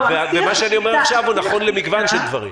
מה שאני אומר עכשיו הוא נכון למגוון של דברים.